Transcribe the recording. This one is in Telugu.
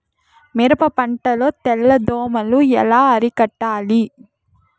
మిరప పంట లో తెల్ల దోమలు ఎలా అరికట్టాలి?